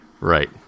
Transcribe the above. Right